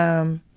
um,